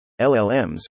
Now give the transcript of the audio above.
LLMs